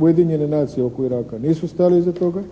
Ujedinjene nacije oko Iraka nisu stajale iza toga